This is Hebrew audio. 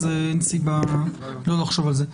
אין סיבה לא לחשוב על זה.